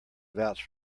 vouch